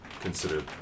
consider